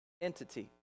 entity